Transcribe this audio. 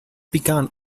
begun